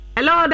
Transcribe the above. Hello